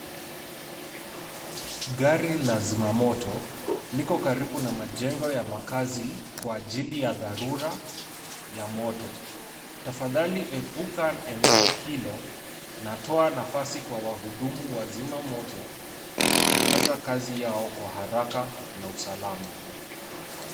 Gari la zimamoto, liko karibu na majengo ya makazi kwa jambo la dharura ya moto. Tafadhali epuka eneo hilo na toa nafasi kwa wahudumu wa zimamoto kutekeleza kazi yao kwa haraka na usalama.